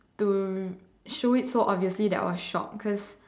to show it so obviously that I was shock cause